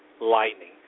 lightning